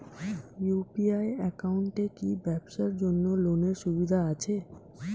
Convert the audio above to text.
UPI একাউন্টে কি ব্যবসার জন্য লোনের সুবিধা আছে?